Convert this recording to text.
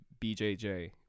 bjj